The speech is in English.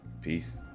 Peace